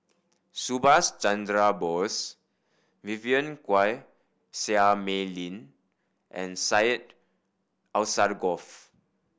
Subhas Chandra Bose Vivien Quahe Seah Mei Lin and Syed Alsagoff